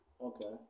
Okay